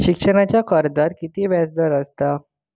शिक्षणाच्या कर्जाचा किती व्याजदर असात?